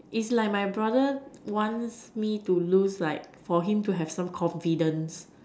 is like my brother wants me to lose like for him to have some confidence